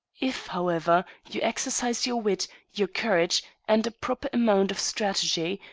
if, however, you exercise your wit, your courage, and a proper amount of strategy,